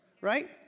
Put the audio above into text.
Right